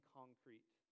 concrete